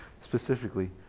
specifically